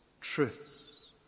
truths